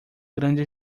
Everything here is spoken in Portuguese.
grande